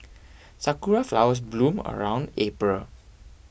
sakura flowers bloom around April